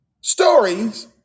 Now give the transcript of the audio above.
Stories